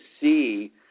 see